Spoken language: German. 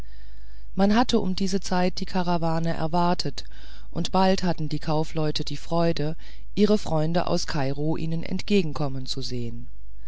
man hatte um diese zeit die karawane erwartet und bald hatten die kaufleute die freude ihre freunde aus kairo ihnen entgegenkommen zu sehen